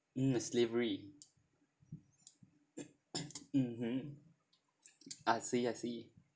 mm is delivery mmhmm I see I see